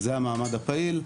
זה המעמד הפעיל.